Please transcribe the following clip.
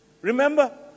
Remember